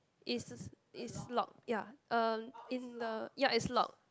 it's it's locked ya um in the ya it's locked